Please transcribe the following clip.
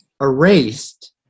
erased